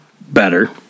better